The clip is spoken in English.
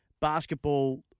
basketball